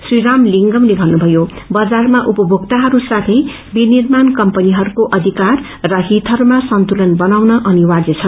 श्री राम लिंगमले भन्नुथयो बजारमा उपभोक्त्रहरू साथै विनिर्माण कम्पनीहरूको अषिकार र हितहरूमा सन्तुलन बनाउन अपरिप्तर्य छ